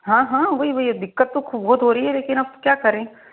हाँ हाँ वोई वही अब दिक्कत तो खूब बहुत हो रही है लेकिन अब क्या करें